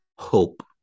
hope